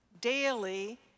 daily